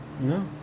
No